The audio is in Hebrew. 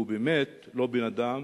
הוא באמת לא בן-אדם,